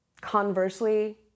Conversely